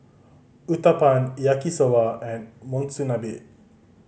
Uthapam Yaki Soba and Monsunabe